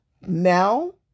now